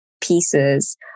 pieces